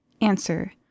Answer